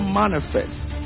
manifest